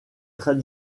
très